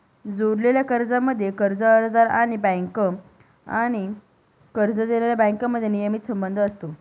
जोडलेल्या कर्जांमध्ये, कर्ज अर्जदार आणि बँका आणि कर्ज देणाऱ्या बँकांमध्ये नियमित संबंध असतो